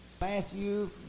Matthew